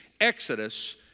Exodus